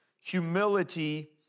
humility